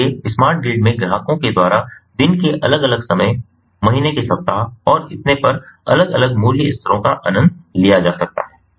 इसलिए smart grid में ग्राहकों के द्वारा दिन के अलग अलग समय महीने के सप्ताह और इतने पर अलग अलग मूल्य स्तरों का आनंद लिया जा सकता हैं